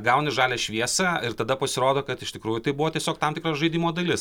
gauni žalią šviesą ir tada pasirodo kad iš tikrųjų tai buvo tiesiog tam tikra žaidimo dalis